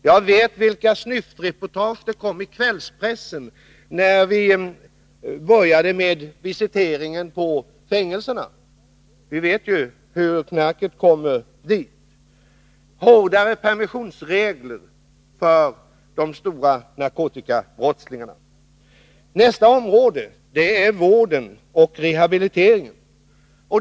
Jag vill påminna om de snyftreportage som förekom i kvällspressen, då vi började med visitering av besökande på fängelserna. Vi vet ju hur knarket kommer dit. Det gäller hårdare permissionsregler för de grova narkotikabrottslingarna. Nästa område är vården och rehabiliteringen.